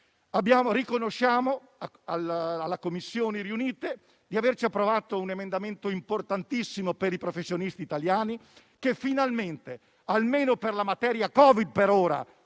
Riconosciamo alle Commissioni riunite di averci approvato un emendamento importantissimo per i professionisti italiani, che finalmente - per ora per la materia Covid, ma